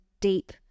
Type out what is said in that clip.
deep